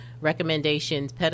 Recommendations